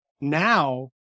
now